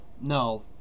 No